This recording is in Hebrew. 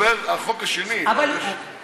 אני מדבר על החוק השני, אבל בסדר.